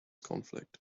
conflict